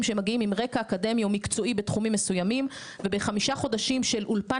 שמגיעים עם רקע אקדמי או מקצועי בתחומים מסוימים ובחמישה חודשים של אולפן